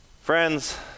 Friends